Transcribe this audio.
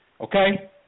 Okay